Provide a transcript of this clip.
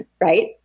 right